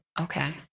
Okay